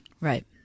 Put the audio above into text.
Right